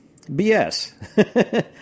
BS